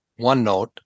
OneNote